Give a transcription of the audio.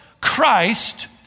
Christ